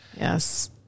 Yes